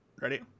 Ready